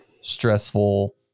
stressful